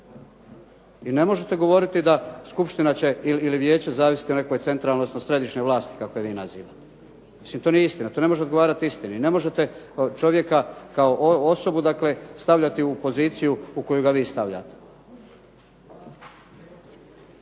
i ne možete govoriti da, skupština će ili vijeće zavisiti o nekoj centralnoj, odnosno središnjoj vlasti kako je vi nazivate. Mislim to nije istina. To ne može odgovarati istini. Ne možete čovjeka kao osobu dakle stavljati u poziciju u koju ga vi stavljate.